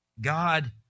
God